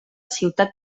ciutat